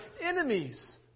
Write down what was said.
enemies